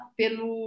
pelo